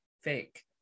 fake